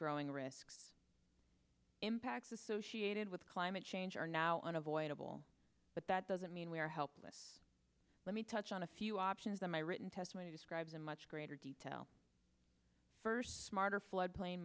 growing risks impacts associated with climate change are now unavoidable but that doesn't mean we are helpless let me touch on a few options in my written testimony describes in much greater detail for smarter floodplain